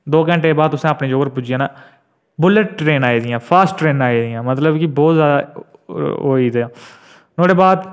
दो घैंटे बाद तुसें किन्नी दूर पुज्जी आना बूलेट फास्ट ट्रेनां आई गेई दियां मतलब कि बहुत जैदा होई गेदा